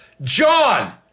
John